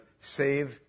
save